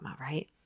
right